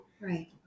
Right